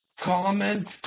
comment